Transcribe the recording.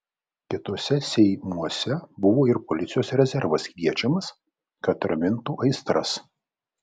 kituose seimuose buvo ir policijos rezervas kviečiamas kad ramintų aistras